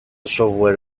software